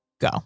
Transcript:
Go